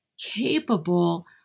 capable